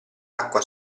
acqua